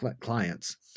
clients